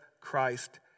Christ